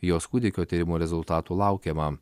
jos kūdikio tyrimų rezultatų laukiama